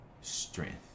strength